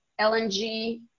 LNG